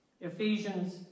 Ephesians